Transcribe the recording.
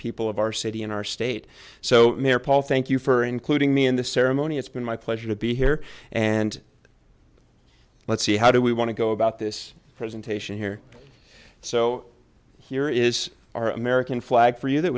people of our city in our state so mayor paul thank you for including me in the ceremony it's been my pleasure to be here and let's see how do we want to go about this presentation here so here is our american flag for you that